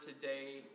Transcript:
today